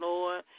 Lord